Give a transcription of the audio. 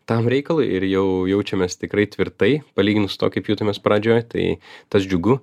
tam reikalui ir jau jaučiamės tikrai tvirtai palyginus su tuo kaip jautėmės pradžioj tai tas džiugu